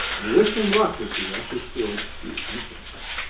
and wish him luck as he rushes toward the entrance.